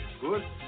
Good